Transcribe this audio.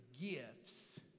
Gifts